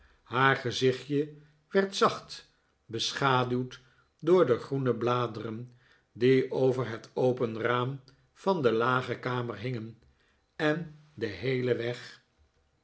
haar gezichtje werd zacht beschaduwd door de groene bladeren die over het open raam van de lage kamer hingen en den heelen weg